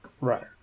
Right